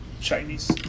Chinese